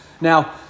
Now